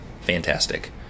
Fantastic